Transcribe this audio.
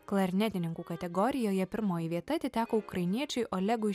klarnetininkų kategorijoje pirmoji vieta atiteko ukrainiečiui olegui